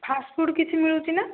first food କିଛି ମିଳୁଛି ନା